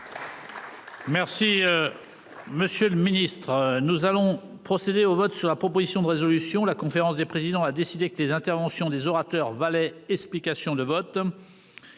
Merci. Monsieur le Ministre, nous allons procéder au vote sur la proposition de résolution, la conférence des présidents, a décidé que les interventions des orateurs Valais. Explications de vote.